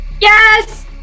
Yes